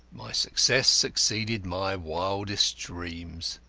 my success exceeded my wildest dreams.